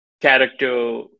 character